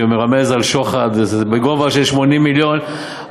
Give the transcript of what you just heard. שמרמז על שוחד בגובה של 80 מיליון,